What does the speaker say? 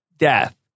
Death